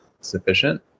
sufficient